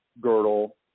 girdle